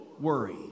worry